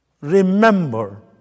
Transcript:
Remember